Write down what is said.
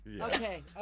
Okay